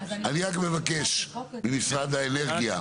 אני רק מבקש ממשרד האנרגיה.